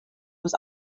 was